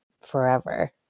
forever